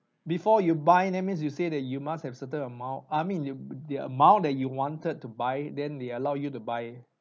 before you buy that means you say that you must have certain amount I mean the the amount that you wanted to buy then they allow you to buy